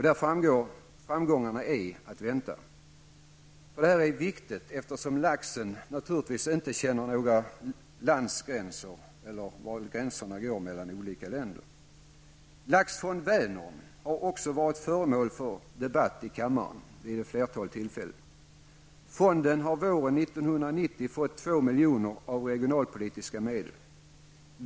Där är framgångar att vänta. Detta är viktigt eftersom laxen naturligtvis inte känner var gränser mellan olika länder går. Laxfond Vänern har också varit föremål för debatt i kammaren vid ett flertal tillfällen. Fonden har våren 1990 fått 2 miljoner av regionalpolitiska medel.